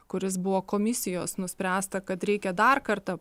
kuris buvo komisijos nuspręsta kad reikia dar kartą